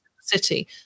city